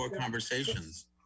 conversations